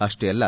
ಅಷ್ಟೆ ಅಲ್ಲ